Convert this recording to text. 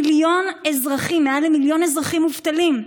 מיליון אזרחים, מעל למיליון אזרחים מובטלים,